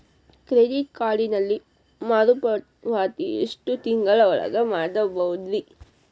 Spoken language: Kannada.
ಕ್ರೆಡಿಟ್ ಕಾರ್ಡಿನಲ್ಲಿ ಮರುಪಾವತಿ ಎಷ್ಟು ತಿಂಗಳ ಒಳಗ ಮಾಡಬಹುದ್ರಿ?